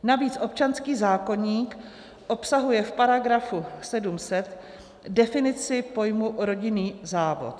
Navíc občanský zákoník obsahuje v § 700 definici pojmu rodinný závod.